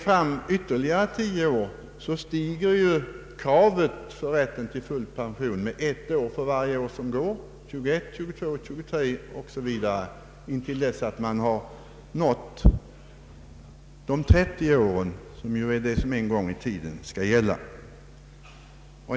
Efter ytterligare tio år stiger kraven för rätt till full pension med ett år för varje år som går, 21, 22, 23 o. s. v, intill dess man har 30 inarbetade år, vilket är det antal år som en gång i tiden skall gälla.